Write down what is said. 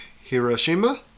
Hiroshima